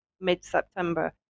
mid-September